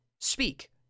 speak